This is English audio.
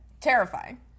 Terrifying